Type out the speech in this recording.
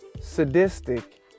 sadistic